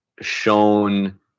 shown